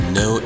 no